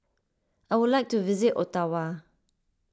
I would like to visit Ottawa